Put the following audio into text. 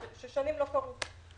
ששנים לא קרו.